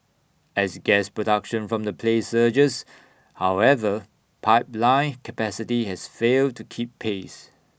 as gas production from the play surges however pipeline capacity has failed to keep pace